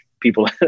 people